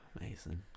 Amazing